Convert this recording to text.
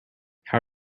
how